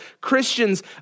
Christians